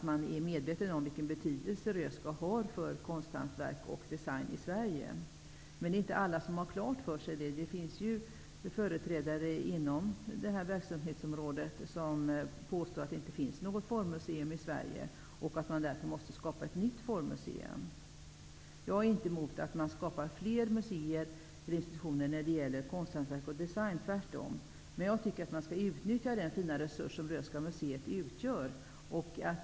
Man är medveten om vilken betydelse museet har för konsthantverk och design i Sverige. Men det är inte alla som har detta klart för sig. Det finns företrädare inom detta verksamhetsområde som påstår att det inte finns formmuseum i Sverige och att man därför måste skapa ett nytt museum. Jag är inte emot att man skapar fler museer eller institutioner för konsthantverk och design, tvärtom, men jag tycker att man skall utnyttja den fina resurs som Röhsska museet utgör.